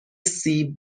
سیب